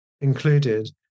included